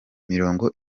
mirongo